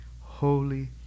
holy